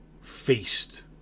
feast